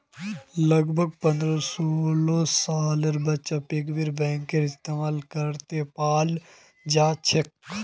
लगभग पन्द्रह सालेर बच्चा पिग्गी बैंकेर इस्तेमाल करते पाल जाछेक